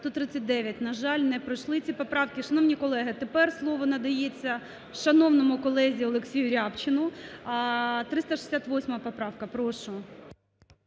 За-139 На жаль, не пройшли ці поправки. Шановні колеги, тепер слово надається шановному колезі Олексію Рябчину, 368 поправка, прошу.